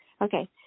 Okay